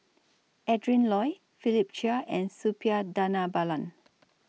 Adrin Loi Philip Chia and Suppiah Dhanabalan